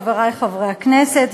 חברי חברי הכנסת,